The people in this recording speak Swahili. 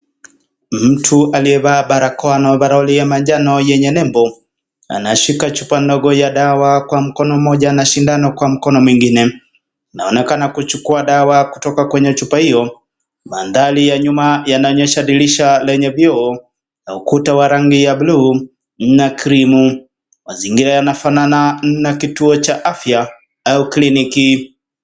Mtu aliyevaa barakoa na ovaroli ya manjano yenye nembo. Anashika chupa ndogo ya dawa kwa mkono mmoja na shindano kwa mkono mwingine. Anaonekana kuchukua dawa kutoka kwenye chupa hiyo. Mandhari ya nyuma yanaonyesha dirisha lenye vioo na ukuta wa rangi ya buluu na krimu. Mazingira yanafanana na kituo cha afya au kliniki.